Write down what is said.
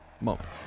Moment